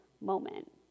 moment